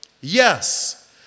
Yes